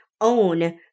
own